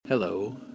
Hello